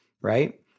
Right